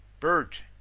birt,